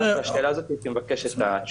רק על השאלה הזאת הייתי מבקש תשובה.